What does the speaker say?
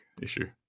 issue